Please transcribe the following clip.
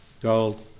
gold